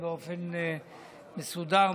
באופן מסודר,